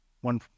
one